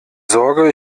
sorge